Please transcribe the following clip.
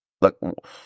Look